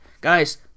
Guys